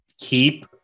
keep